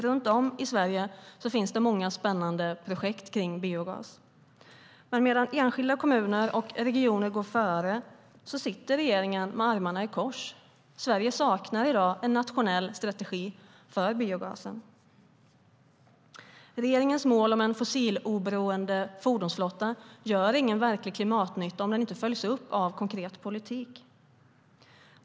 Runt om i Sverige finns det många spännande projekt kring biogas. Men medan enskilda kommuner och regioner går före sitter regeringen med armarna i kors. Sverige saknar i dag en nationell strategi för biogasen. Regeringens mål om en fossiloberoende fordonsflotta gör ingen verklig klimatnytta om det inte följs upp med konkret politik.